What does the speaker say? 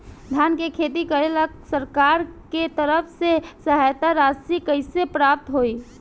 धान के खेती करेला सरकार के तरफ से सहायता राशि कइसे प्राप्त होइ?